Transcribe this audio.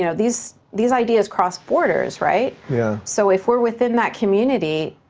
you know these these ideas cross borders, right? yeah so if we're within that community,